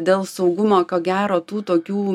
dėl saugumo ko gero tų tokių